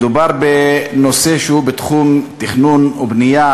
מדובר בנושא בתחום התכנון והבנייה,